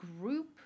group